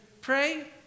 pray